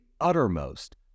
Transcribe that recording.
uttermost